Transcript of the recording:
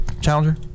Challenger